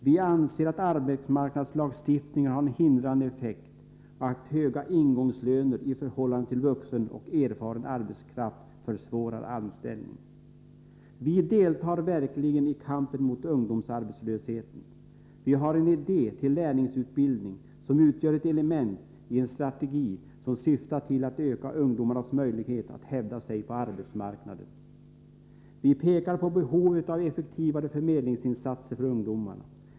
Vi hävdar att arbetsmarknadslagstiftningen har en hindrande effekt och att höga ingångslöner i förhållande till lönerna för vuxen och erfaren arbetskraft försvårar anställning. Vi deltar verkligen i kampen mot ungdomsarbetslösheten. Vi har en idé till lärlingsutbildning som utgör ett element i en strategi som syftar till att öka ungdomars möjlighet att hävda sig på arbetsmarknaden. Vi pekar på behovet av effektivare förmedlingsinsatser för ungdomarna.